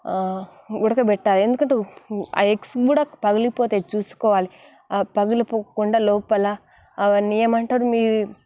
ఉడకబెట్టాలి ఎందుకంటే ఆ ఎగ్స్ కూడా పగిలిపోతాయి చూసుకోవాలి పగిలిపోకుండా లోపల అవన్నీ ఏమంటారు మీ